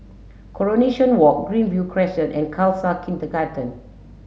Coronation Walk Greenview Crescent and Khalsa Kindergarten